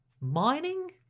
mining